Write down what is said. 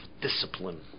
discipline